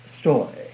story